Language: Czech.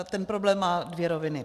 Ten problém má dvě roviny.